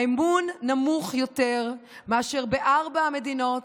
האמון נמוך יותר מאשר בארבע המדינות,